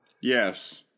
Yes